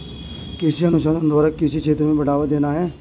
कृषि अनुसंधान द्वारा कृषि क्षेत्र को बढ़ावा देना है